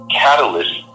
catalyst